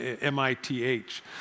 M-I-T-H